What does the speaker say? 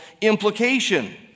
implication